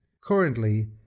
Currently